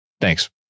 Thanks